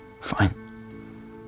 fine